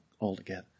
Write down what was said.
altogether